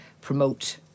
promote